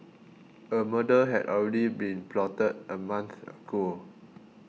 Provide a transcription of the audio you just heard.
a murder had already been plotted a month ago